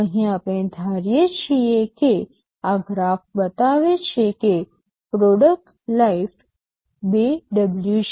અહીં આપણે ધારીએ છીએ કે આ ગ્રાફ બતાવે છે કે પ્રોડક્ટ લાઇફ ૨ W છે